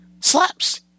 slaps